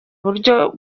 uburyo